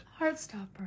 Heartstopper